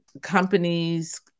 companies